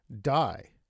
die